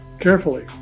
carefully